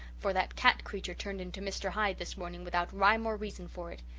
for that cat-creature turned into mr. hyde this morning without rhyme or reason for it,